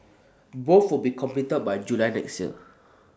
both will be completed by July next year